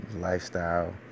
lifestyle